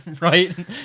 Right